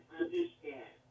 understand